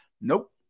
Nope